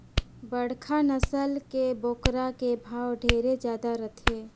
बड़खा नसल के बोकरा के भाव ढेरे जादा रथे